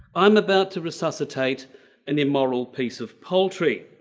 i'm about to resuscitate an immoral piece of poultry.